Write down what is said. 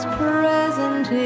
present